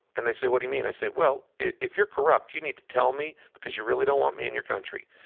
and they say, what do you mean? i said, well, if you're corrupt, you need to tell me, because you really don't want me in your country,